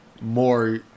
more